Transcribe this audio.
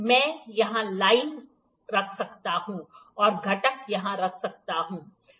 मैं यहां लाइन रख सकता हूं और घटक यहां रख सकता हूं